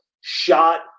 shot